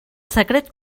secret